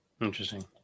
Interesting